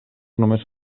només